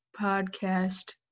podcast